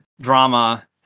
drama